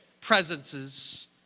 presences